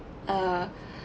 uh